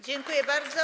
Dziękuję bardzo.